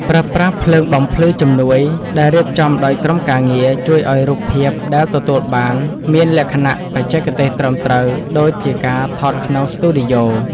ប្រើប្រាស់ភ្លើងបំភ្លឺជំនួយដែលរៀបចំដោយក្រុមការងារជួយឱ្យរូបភាពដែលទទួលបានមានលក្ខណៈបច្ចេកទេសត្រឹមត្រូវដូចជាការថតក្នុងស្ទូឌីយោ។